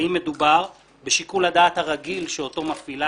האם מדובר בשיקול הדעת הרגיל שאותו מפעילה